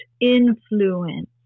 influence